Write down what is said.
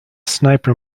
sniper